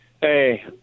Hey